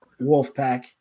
Wolfpack